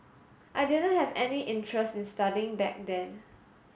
I didn't have any interest in studying back then